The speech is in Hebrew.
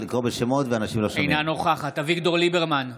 אינה נוכחת אביגדור ליברמן,